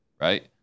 right